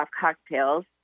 cocktails